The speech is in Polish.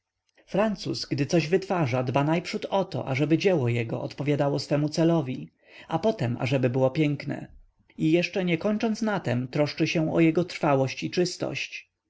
francuz gdy coś wytwarza dba najprzód o to ażeby dzieło jego odpowiadało swemu celowi a potem ażeby było piękne i jeszcze nie kończąc na tem troszczy się o jego trwałość i czystość